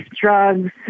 drugs